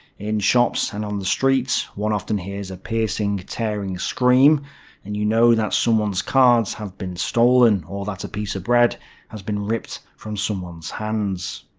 in shops and on the streets one often hears a piercing, tearing scream and you know that someone's cards have been stolen, or that a piece of bread has been ripped from someone's hands.